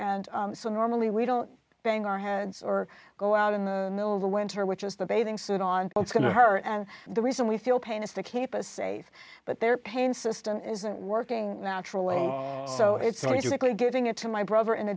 and so normally we don't bang our heads or go out in the middle of the winter which is the bathing suit on it's going to hurt and the reason we feel pain is to keep us safe but their pain system isn't working naturally so it's giving it to my brother in a